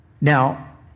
Now